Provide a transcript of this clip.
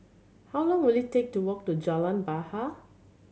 how long will it take to walk to Jalan Bahar